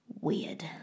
weird